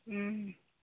ও